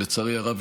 לצערי הרב,